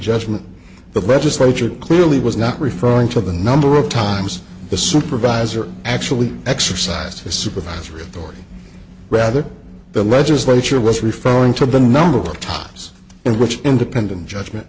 judgment that registration clearly was not referring to the number of times the supervisor actually exercised his supervisory authority rather the legislature was referring to the number of times in which independent judgment